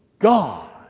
God